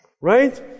Right